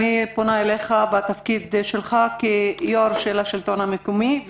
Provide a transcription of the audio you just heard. אני פונה אליך בתפקידך כיושב-ראש מרכז השלטון המקומי.